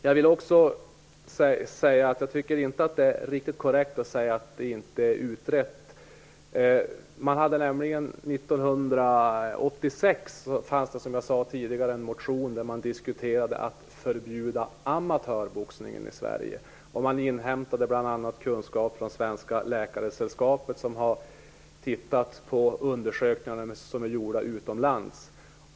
Jag tycker inte att det är riktigt korrekt att säga att frågan inte är ordentligt utredd. 1986 fanns det som jag tidigare sade en motion om att förbjuda amatörboxningen i Sverige. Man inhämtade kunskaper från bl.a. Svenska Läkaresällskapet, som hade tittat på undersökningar som var gjorda utomlands.